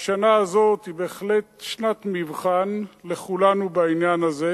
השנה הזאת היא בהחלט שנת מבחן לכולנו בעניין הזה,